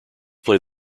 play